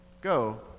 Go